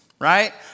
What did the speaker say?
right